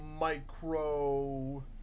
micro